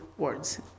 words